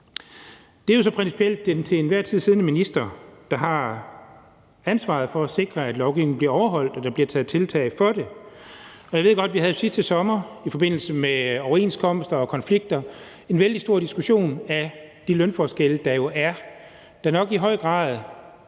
Det er jo så principielt den til enhver tid siddende minister, der har ansvaret for at sikre, at lovgivningen bliver overholdt, og at der bliver taget tiltag for det. Jeg ved godt, at vi sidste sommer i forbindelse med overenskomster og konflikter havde en vældig stor diskussion om de lønforskelle, der jo er, og som jo nok i høj grad,